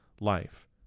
life